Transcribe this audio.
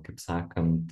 kaip sakant